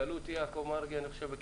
אני הייתי,